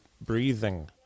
breathing